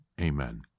Amen